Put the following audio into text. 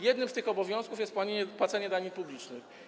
Jednym z tych obowiązków jest płacenie danin publicznych.